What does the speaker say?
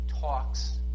talks